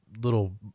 little